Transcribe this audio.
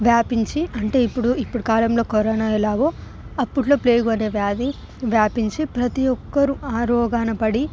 వ్యాపించి అంటే ఇప్పుడు ఇప్పుడు కాలంలో కరోనా ఎలాగో అప్పట్లో ప్లేగు వ్యాధి వ్యాపించి ప్రతి ఒక్కరూ ఆరోగాన పడి